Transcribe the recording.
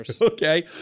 Okay